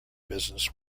business